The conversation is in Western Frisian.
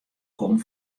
kom